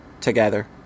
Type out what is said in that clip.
together